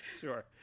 sure